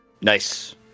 Nice